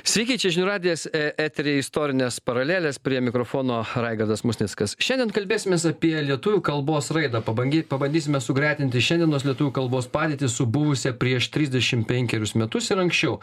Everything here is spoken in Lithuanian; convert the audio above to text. sveiki čia žinių radijas eteryje istorinės paralelės prie mikrofono raigardas musnickas šiandien kalbėsimės apie lietuvių kalbos raidą pabanky pabandysime sugretinti šiandienos lietuvių kalbos padėtį su buvusia prieš trisdešim penkerius metus ir anksčiau